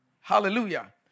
Hallelujah